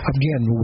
again